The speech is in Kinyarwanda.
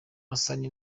hassan